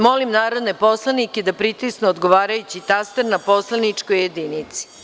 Molim narodne poslanike da pritisnu odgovarajući taster na poslaničkoj jedinici.